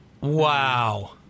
Wow